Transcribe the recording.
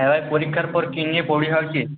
হ্যাঁ পরীক্ষার পর কি নিয়ে পড়বি ভাবছিস